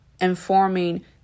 informing